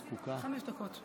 אבל עוד אפשר יהיה לתקן,